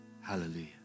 hallelujah